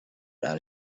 and